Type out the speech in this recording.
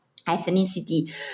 ethnicity